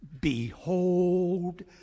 Behold